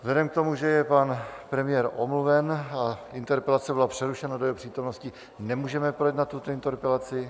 Vzhledem k tomu, že je pan premiér omluven a interpelace byla přerušena do jeho přítomnosti, nemůžeme projednat tuto interpelaci.